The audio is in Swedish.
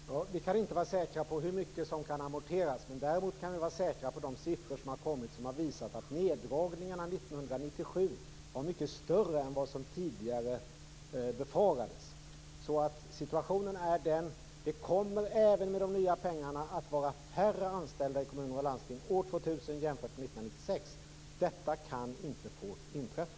Fru talman! Vi kan inte vara säkra på hur mycket som kan amorteras. Däremot kan vi vara säkra på de siffror som har visat att neddragningarna 1997 var mycket större än vad som tidigare befarades. Det kommer alltså även med de nya pengarna att vara färre anställda inom kommuner och landsting år 2000 än 1996. Detta kan inte få inträffa.